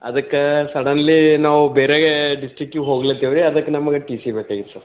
ಅದಕ್ಕೆ ಸಡನ್ಲಿ ನಾವು ಬೇರೆ ಡಿಸ್ಟಿಕ್ಕಿಗೆ ಹೋಗ್ಲತ್ತೀವಿ ಅದಕ್ಕೆ ನಮಗೆ ಟಿ ಸಿ ಬೇಕಾಗಿತ್ತು ಸರ್